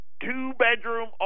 two-bedroom